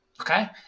okay